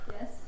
Yes